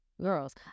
Girls